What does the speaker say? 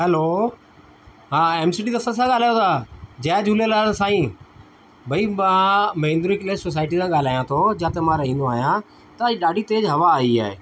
हलो हा M C D दस्ते सां ॻाल्हायो था जय झूलेलाल साईं भई मां मैंगिरिकलेस सोसाईटी तां ॻाल्हायां थो जाते मां रहंदो आहियां त हे ॾाढी तेज हवा आई आहे